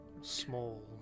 small